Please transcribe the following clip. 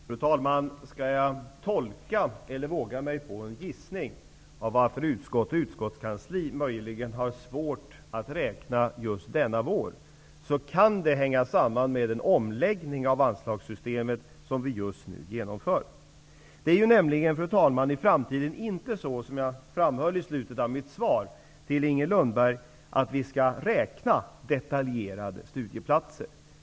Fru talman! Skall jag våga mig på en gissning av varför utskottskansliet möjligen har svårt att räkna just denna vår, kan det hänga samman med den omläggning av anslagssystemet som vi just nu genomför. Det är nämligen, fru talman, i framtiden inte så -- som jag också framhöll i slutet av mitt svar till Inger Lundberg -- att vi detaljerat skall räkna studieplatser.